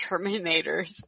Terminators